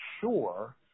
sure